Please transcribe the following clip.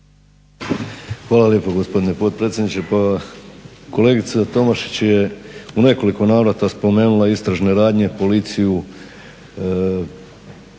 Hvala lijepo gospodine potpredsjedniče. Pa, kolegica Tomašić je u nekoliko navrata spomenula istražne radnje policiju,